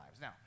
Now